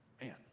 Man